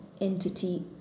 entity